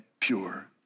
pure